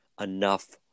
enough